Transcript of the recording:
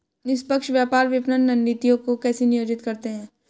निष्पक्ष व्यापार विपणन रणनीतियों को कैसे नियोजित करते हैं?